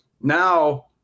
Now –